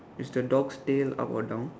is the dog's tail up or down